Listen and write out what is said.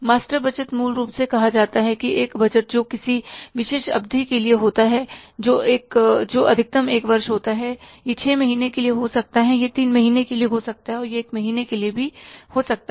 master budget मूल रूप से कहा जाता है कि एक बजट जो किसी विशेष अवधि के लिए होता है जो अधिकतम एक वर्ष होता है यह छह महीने के लिए हो सकता है यह 3 महीने के लिए हो सकता है यह एक महीने के लिए भी हो सकता है